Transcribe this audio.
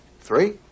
Three